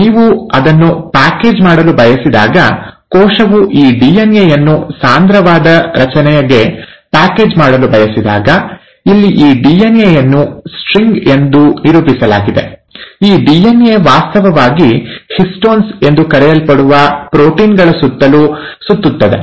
ನೀವು ಅದನ್ನು ಪ್ಯಾಕೇಜ್ ಮಾಡಲು ಬಯಸಿದಾಗ ಕೋಶವು ಈ ಡಿಎನ್ಎ ಯನ್ನು ಸಾಂದ್ರವಾದ ರಚನೆಗೆ ಪ್ಯಾಕೇಜ್ ಮಾಡಲು ಬಯಸಿದಾಗ ಇಲ್ಲಿ ಈ ಡಿಎನ್ಎ ಯನ್ನು ಸ್ಟ್ರಿಂಗ್ ಎಂದು ನಿರೂಪಿಸಲಾಗಿದೆ ಈ ಡಿಎನ್ಎ ವಾಸ್ತವವಾಗಿ ಹಿಸ್ಟೋನ್ಸ್ ಎಂದು ಕರೆಯಲ್ಪಡುವ ಪ್ರೋಟೀನ್ಗಳ ಸುತ್ತಲೂ ಸುತ್ತುತ್ತದೆ